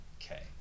Okay